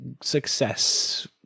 success